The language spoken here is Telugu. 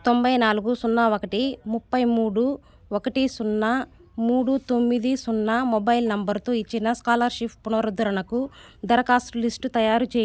తొంబైనాలుగు సున్నఒకటి ముప్పైమూడు ఒకటిసున్న మూడు తొమ్మిది సున్న మొబైల్ నంబరుతో ఇచ్చిన స్కాలర్షిప్ పునరుద్ధరణకు దరఖాస్తుల లిస్టు తయారు చేయి